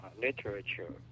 literature